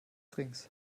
drinks